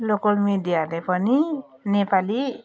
local मिडियाहरूले पनि नेपाली